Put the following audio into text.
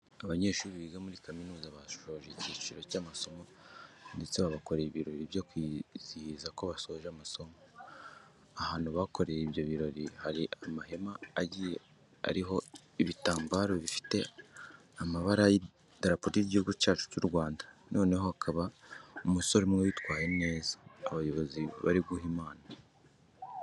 Abanyeshuri biga muri kaminuza basoje icyiciro cy'amasomo ndetse babakoreye ibirori byo kwizihiza ko basoje amasomo. Ahantu bakoreye ibyo birori hari amahema agiye ariho ibitambaro bifite amabara y'idarapo ry'Igihugu cyacu cy'u Rwanda, noneho hakaba umusore umwe witwaye neza abayobozi bari guha impano.